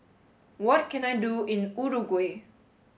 what can I do in Uruguay